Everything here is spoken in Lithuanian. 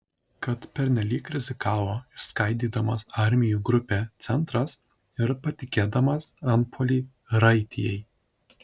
kad pernelyg rizikavo išskaidydamas armijų grupę centras ir patikėdamas antpuolį raitijai